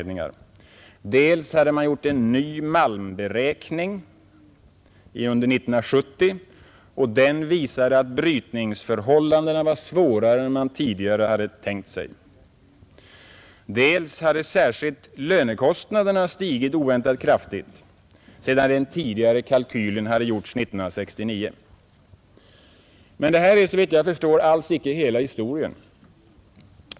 Dels hade en ny malmberäkning gjorts 1970 och den visade att brytningsförhållandena var svårare än man tidigare hade tänkt sig, dels hade särskilt lönekostnaderna stigit oväntat kraftigt sedan den tidigare kalkylen gjordes 1969. Men detta är såvitt jag förstår alls icke hela historien.